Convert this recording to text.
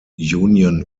union